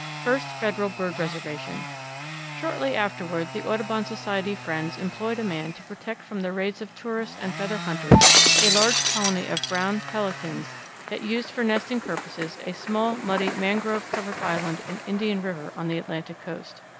first federal bird reservation shortly afterward the audubon society friends employed a man to protect from the raids of tourists and feather hunters a large colony of brown pelicans that used for nesting purposes a small, muddy, mangrove-covered island in indian river on the atlantic coast.